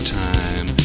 time